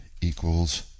equals